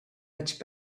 much